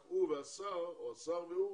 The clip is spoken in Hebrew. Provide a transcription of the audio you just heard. רק הוא והשר, או השר והוא